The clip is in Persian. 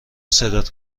صدات